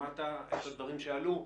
שמעת את הדברים עלו כאן.